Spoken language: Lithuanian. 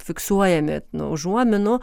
fiksuojami nu užuominų